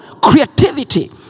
creativity